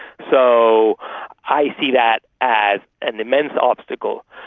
so i see that as an immense obstacle.